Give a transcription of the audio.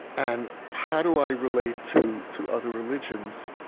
and how do i relate to to other religions